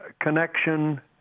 connection